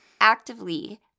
Actively